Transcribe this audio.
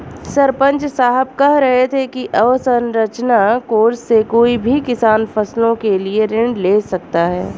सरपंच साहब कह रहे थे कि अवसंरचना कोर्स से कोई भी किसान फसलों के लिए ऋण ले सकता है